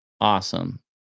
Awesome